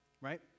right